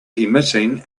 emitting